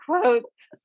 quotes